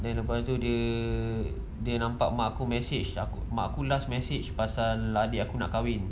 lepas dia nampak mak aku message mak aku last message pasal adik aku nak kahwin